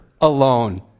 alone